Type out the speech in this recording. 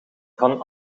van